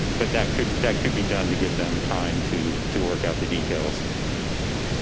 but that could that could be done to give them time to to work out the details.